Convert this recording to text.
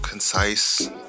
concise